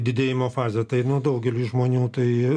didėjimo fazę tai nu daugeliui žmonių tai